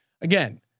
again